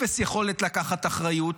אפס יכולת לקחת אחריות,